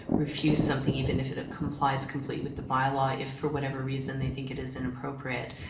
refuse something even if it it complies completely with the bylaw if for whatever reason they think it is inappropriate.